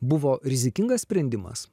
buvo rizikingas sprendimas